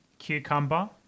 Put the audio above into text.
cucumber